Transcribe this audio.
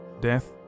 Death